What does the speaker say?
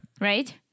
right